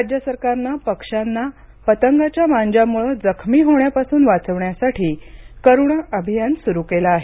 राज्य सरकारनं पक्ष्यांना पतंगाच्या मांज्यामुळे जखमी होण्यापासून वाचवण्यासाठी करुणा अभियान सुरू केलं आहे